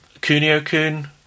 Kunio-kun